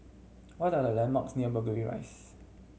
what are the landmarks near Burgundy Rise